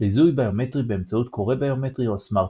לזיהוי ביומטרי באמצעות קורא ביומטרי או הסמארטפון.